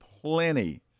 plenty